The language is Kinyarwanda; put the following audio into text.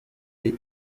iyi